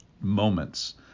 moments